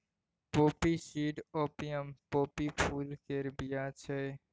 poppy seed opium poppy फुल केर बीया छै